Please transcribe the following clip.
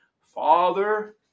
Father